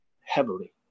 heavily